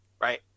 Right